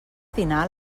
dinar